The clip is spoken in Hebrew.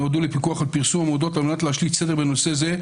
נועדו לפיקוח על פרסום מודעות על מנת להשליט סדר בנושא זה,